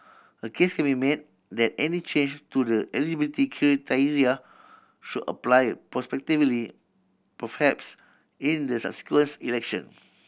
a case can be made that any change to the eligibility criteria should apply prospectively perhaps in the subsequent election